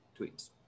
tweets